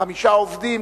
חמישה עובדים,